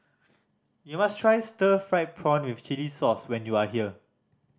you must try stir fried prawn with chili sauce when you are here